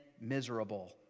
miserable